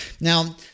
Now